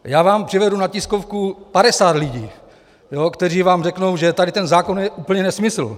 Já vám přivedu na tiskovku 50 lidí, kteří vám řeknou, že tady ten zákon je úplně nesmysl.